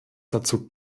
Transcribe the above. dazu